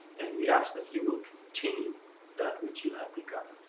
and we ask that you will continue that which you have begun.